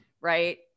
right